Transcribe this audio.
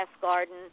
Garden